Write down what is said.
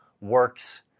works